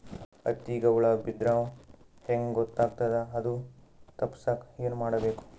ಹತ್ತಿಗ ಹುಳ ಬಿದ್ದ್ರಾ ಹೆಂಗ್ ಗೊತ್ತಾಗ್ತದ ಅದು ತಪ್ಪಸಕ್ಕ್ ಏನ್ ಮಾಡಬೇಕು?